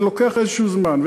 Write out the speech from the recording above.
זה לוקח איזשהו זמן.